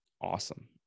awesome